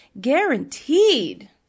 guaranteed